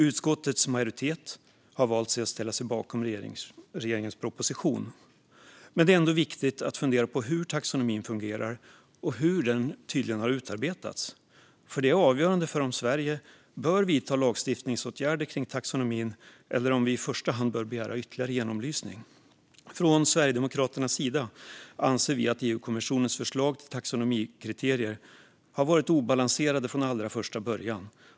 Utskottets majoritet har valt att ställa sig bakom regeringens proposition. Det är dock viktigt att fundera på hur taxonomin fungerar och hur den tydligen har utarbetats. Detta är avgörande för om Sverige bör vidta lagstiftningsåtgärder för taxonomin eller om vi i första hand bör begära ytterligare genomlysning. Sverigedemokraterna anser att EU-kommissionens förslag till taxonomikriterier var obalanserade från allra första början.